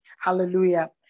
Hallelujah